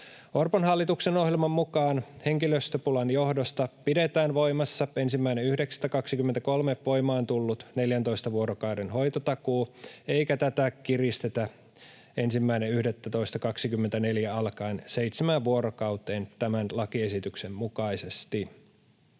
Orpon hallituksen ohjelman mukaan henkilöstöpulan johdosta pidetään voimassa 1.9.23 voimaan tullut 14 vuorokauden hoitotakuu, eikä tätä kiristetä 1.11.24 alkaen seitsemään vuorokauteen tämän lakiesityksen mukaisesti.